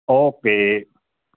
okay